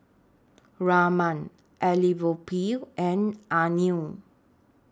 Raman Elattuvalapil and Anil